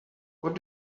what